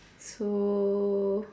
so